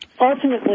ultimately